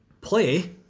play